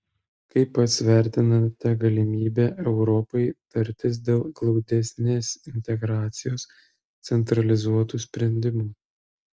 kaip pats vertinate galimybę europai tartis dėl glaudesnės integracijos centralizuotų sprendimų